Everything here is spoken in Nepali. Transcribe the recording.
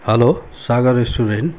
hello Sagar restaurant